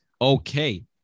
okay